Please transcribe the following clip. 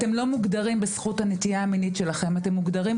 אתם לא מוגדרים בזכות הנטייה המינית שלכם; אתם מוגדרים,